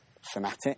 fanatic